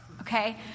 okay